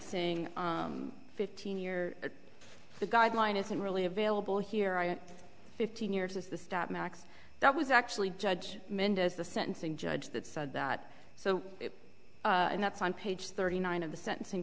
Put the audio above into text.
sentencing fifteen year the guideline isn't really available here are fifteen years is the stop max that was actually judge mendez the sentencing judge that said so and that's on page thirty nine of the sentencing